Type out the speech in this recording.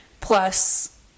Plus